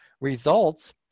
results